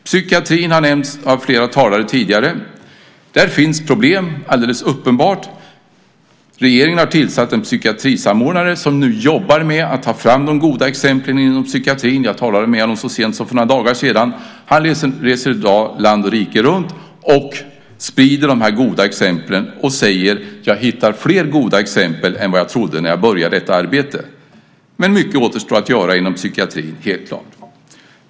Psykiatrin har nämnts av flera talare tidigare. Där finns det alldeles uppenbart problem. Regeringen har tillsatt en psykiatrisamordnare som nu jobbar med att ta fram de goda exemplen inom psykiatrin. Jag talade med honom så sent som för några dagar sedan. Han reser i dag land och rike runt och sprider dessa goda exempel och säger att han hittar fler goda exempel än vad han trodde att han skulle hitta när han började sitt arbete. Men det är helt klart att mycket återstår att göra inom psykiatrin.